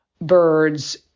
birds